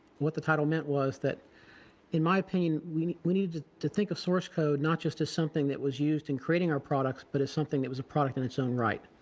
what the title meant was that in my opinion we we needed to think of source code not just as something that was used in creating our products, but as something that was a product in its own right.